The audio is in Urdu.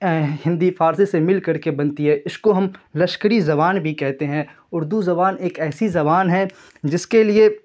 ہندی فارسی سے مل کر کے بنتی ہے اس کو ہم لشکری زبان بھی کہتے ہیں اردو زبان ایک ایسی زبان ہے جس کے لیے